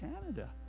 canada